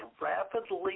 rapidly